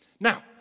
Now